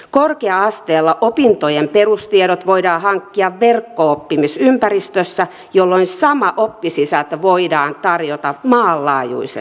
korkea asteella opintojen perustiedot voidaan hankkia verkko oppimisympäristössä jolloin sama oppisisältö voidaan tarjota maanlaajuisesti